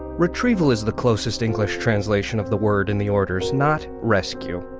retrieval is the closest english translation of the word and the orders not rescue.